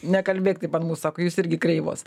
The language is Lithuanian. nekalbėk taip ant mūsų sako jūs irgi kreivos